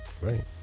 Right